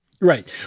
Right